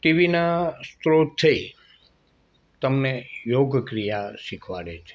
ટીવીના સ્રોતથી તમે યોગ ક્રિયા શીખવાડે છે